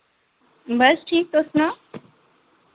बस ठीक तुस सनाओ